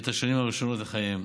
את השנים הראשונות לחייהם,